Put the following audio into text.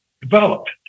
developed